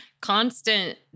Constant